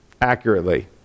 accurately